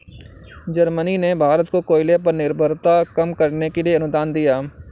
Germany ने भारत को कोयले पर निर्भरता कम करने के लिए अनुदान दिया